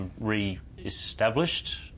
re-established